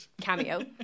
cameo